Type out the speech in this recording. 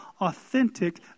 authentic